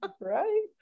right